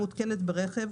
המותקנת ברכב,